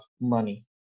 money